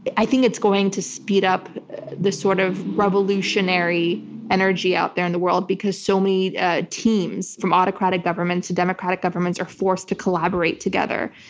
i think it's going to speed up this sort of revolutionary energy out there in the world because so many ah teams from autocratic governments, democratic governments are forced to collaborate together.